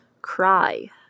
cry